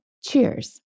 Cheers